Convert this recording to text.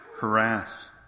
harass